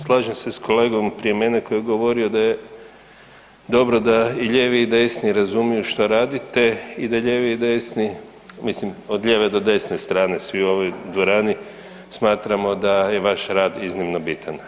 Slažem se s kolegom prije mene koji je govorio da je dobro da i lijevi i desni razumiju što radite i da lijevi i desni, mislim od lijeve do desne strane, svi ovi u dvorani smatramo da je vaš rad iznimno bitan.